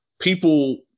people